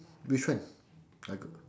which one I got